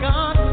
God